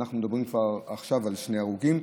ואנחנו מדברים עכשיו כבר על שני הרוגים,